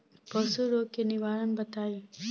पशु रोग के निवारण बताई?